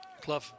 Clough